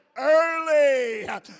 Early